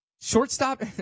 Shortstop